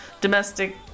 domestic